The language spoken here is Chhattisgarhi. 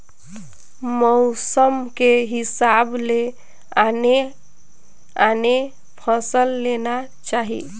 मउसम के हिसाब ले आने आने फसल लेना चाही